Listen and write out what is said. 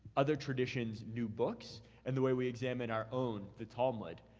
other traditions' new books and the way we examine our own, the talmud,